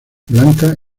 blancas